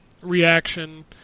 reaction